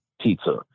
pizza